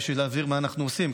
בשביל להבהיר מה אנחנו עושים,